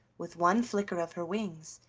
with one flicker of her wings,